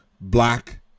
black